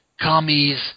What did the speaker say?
commies